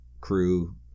crew